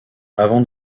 avant